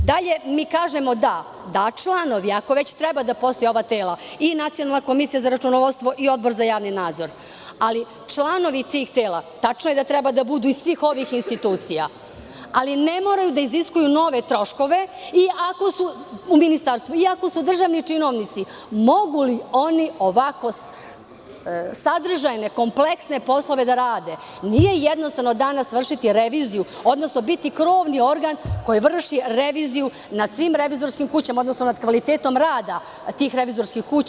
Dalje, mi kažemo da članovi, ako već treba da postoje oba tela i Nacionalna komisija za računovodstvo i Odbor za javni nadzor, ali članovi tih tela, tačno je da treba da budu iz svih institucija, ali ne moraju da iziskuju nove troškove, iako su državni činovnici, mogu li oni ovako sadržajne, kompleksne poslove da rade, jer nije jednostavno danas vršiti reviziju, odnosno biti krovni organ koji vrši reviziju nad svim revizorskim kućama, nad kvalitetom rada tih revizorskih kuća.